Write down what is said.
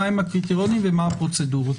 מהם הקריטריונים ומה הפרוצדורות.